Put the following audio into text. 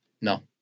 No